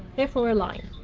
therefore, a line.